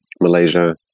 Malaysia